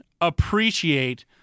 appreciate